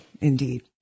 Indeed